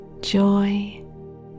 joy